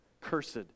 Cursed